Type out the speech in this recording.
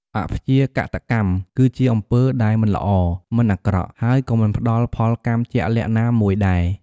អព្យាកតកម្ម គឺជាអំពើដែលមិនល្អ មិនអាក្រក់ ហើយក៏មិនផ្តល់ផលកម្មជាក់លាក់ណាមួយដែរ។